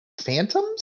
Phantoms